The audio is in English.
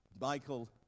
Michael